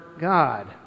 God